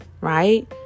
right